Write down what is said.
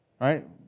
Right